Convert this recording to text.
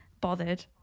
bothered